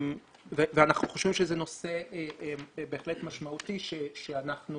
אנחנו חושבים שזה נושא בהחלט משמעותי שאנחנו